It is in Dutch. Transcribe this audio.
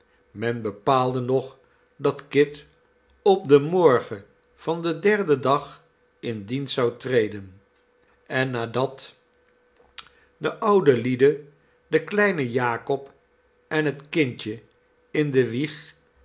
men bepaalde nog dat kit op den morgen van den derden dag in dienst zou treden en nadat de oude lieden den kleinen jakob en het kindje in de wieg